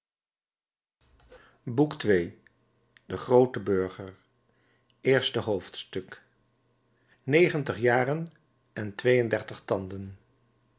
boek ii de groote burger eerste hoofdstuk negentig jaren en twee-en-dertig tanden